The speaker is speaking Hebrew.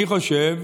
אני חושב,